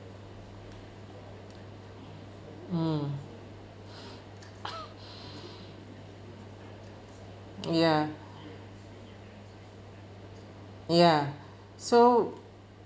mm ya ya so